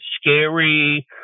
scary